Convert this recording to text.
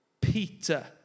Peter